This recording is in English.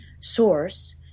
source